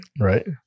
Right